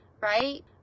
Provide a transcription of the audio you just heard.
right